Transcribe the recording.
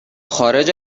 خارج